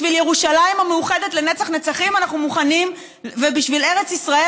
בשביל ירושלים המאוחדת לנצח נצחים ובשביל ארץ ישראל